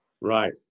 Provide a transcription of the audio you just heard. Right